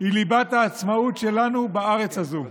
היא ליבת העצמאות שלנו בארץ הזו.